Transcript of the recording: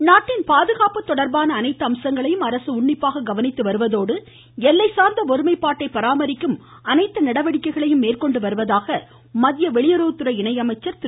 முரளிதரன் மக்களவை நாட்டின் பாதுகாப்பு தொடர்பான அனைத்து அம்சங்களையும் அரசு உன்னிப்பாக கவனித்து வருவதோடு எல்லை சார்ந்த ஒருமைப்பாட்டை பராமரிக்கும் அனைத்து நடவடிக்கைகளையும் மேற்கொண்டு வருவதாக மத்திய வெளியுறவுத்துறை இணை அமைச்சர் திரு